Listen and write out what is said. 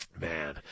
Man